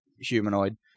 humanoid